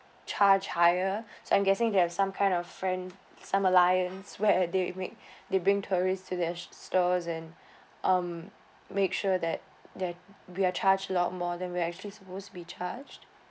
charge higher so I'm guessing they are some kind of friend some alliance where they make they bring tourists to their stores and um make sure that that we are charged a lot more than we actually supposed to be charged